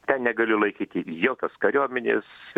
ten negali laikyti jokios kariuomenės